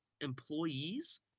employees